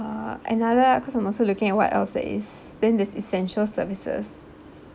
uh another because I'm also looking at what else there is then this essential services